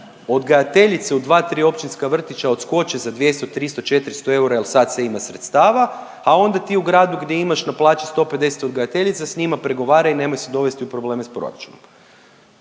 odgajateljice u dva, tri općinska vrtića odskoče za 200, 300, 400 eura jer sad se ima sredstava, a onda ti u gradu gdje imaš na plaći 150 odgajateljica sa njima pregovaraj i nemoj se dovesti u probleme sa proračunom.